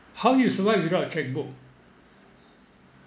how you survive without a checkbook